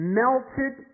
melted